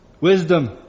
Wisdom